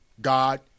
God